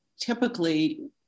typically